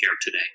today